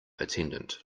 attendant